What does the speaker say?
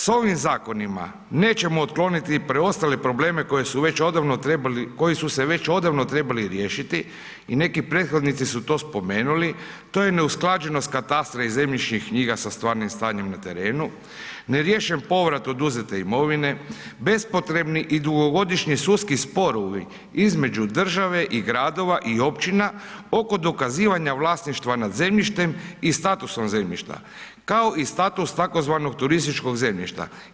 S ovim zakonima, nećemo otkloniti preostale probleme koji su se već odavno trebali riješiti i neki prethodnici su to spomenuli, to je neusklađenost katastra i zemljišnih knjiga sa stvarnim stanjem na terenu, neriješen povrat oduzete mirovine, bespotrebni i dugogodišnji sudski sporovi između države i gradova i općina oko dokazivanja vlasništva nad zemljištem i statusom zemljišta, kao i status tzv. turističkog zemljišta.